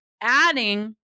adding